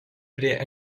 prie